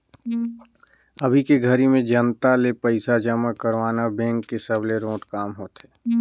अभी के घरी में जनता ले पइसा जमा करवाना बेंक के सबले रोंट काम होथे